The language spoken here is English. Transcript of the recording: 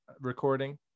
recording